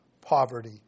poverty